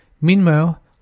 Meanwhile